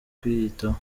kwiyitaho